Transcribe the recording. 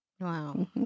Wow